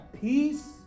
peace